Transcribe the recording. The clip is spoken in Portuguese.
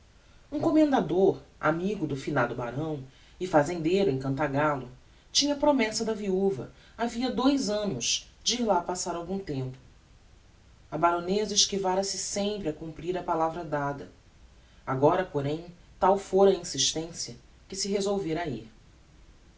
um commendador amigo do finado barão e fazendeiro em cantagallo tinha promessa da viuva havia dous annos de ir lá passar algum tempo a baroneza esquivara se sempre a cumprir a palavra dada agora porém tal fora a insistencia que se resolvera a